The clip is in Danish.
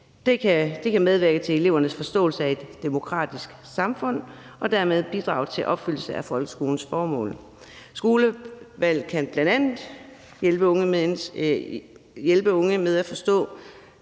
Det kan medvirke til elevernes forståelse af et demokratisk samfund og dermed bidrage til opfyldelse af folkeskolens formål. Skolevalget kan bl.a. hjælpe unge med at forstå,